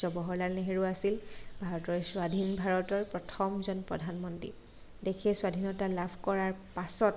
জৱাহৰলাল নেহেৰু আছিল ভাৰতৰ স্বাধীন ভাৰতত প্ৰথমজন প্ৰধান মন্ত্ৰী দেশে স্বাধীনতা লাভ কৰাৰ পাছত